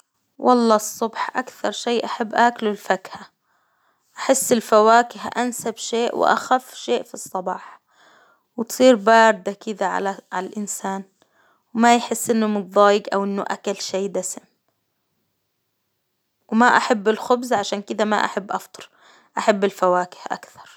والله الصبح أكثر شي أحب آكله الفاكهة، أحس الفواكه أنسب شيء وأخف شيء في الصباح، وتصير باردة كذا على -على الإنسان، وما يحس إنه متضايق أو إنه أكل شيء دسم، وما أحب الخبز، عشان كذا ما أحب أفطر، أحب الفواكه أكثر.